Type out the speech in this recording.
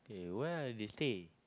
where are they stay